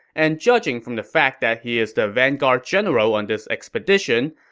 and judging from the fact that he is the vanguard general on this expedition,